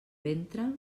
ventre